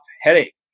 headache